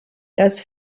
das